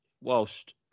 whilst